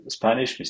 Spanish